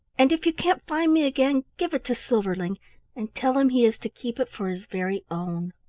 and if you can't find me again, give it to silverling and tell him he is to keep it for his very own.